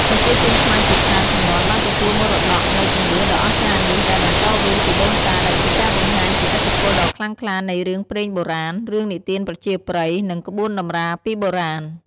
ប្រជាជនខ្មែរជាច្រើនជំនាន់បានទទួលមរតកនូវជំនឿដ៏អស្ចារ្យនេះដែលបន្តវេនពីដូនតា ដែលជាការបង្ហាញពីឥទ្ធិពលដ៏ខ្លាំងក្លានៃរឿងព្រេងបុរាណ រឿងនិទានប្រជាប្រិយ និងក្បួនតម្រាពីបុរាណ។